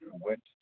went